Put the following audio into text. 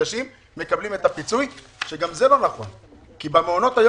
ניגשים ומקבלים את הפיצוי שגם זה לא נכון כי במעונות היום